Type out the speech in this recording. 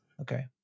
Okay